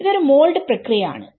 ഇത് ഒരു മോൾഡ് പ്രക്രിയ ആണ്